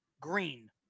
green